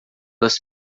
das